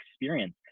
experience